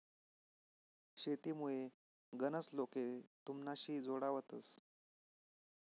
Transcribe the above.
शेतीमुये गनच लोके तुमनाशी जोडावतंस